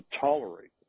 tolerate